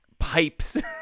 pipes